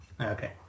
okay